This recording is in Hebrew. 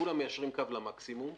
כולם מיישרים קו למקסימום,